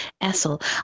Essel